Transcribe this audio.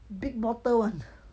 big bottle one